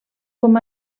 com